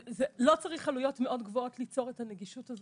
לא צריך עלויות מאוד גבוהות ליצור את הנגישות הזאת.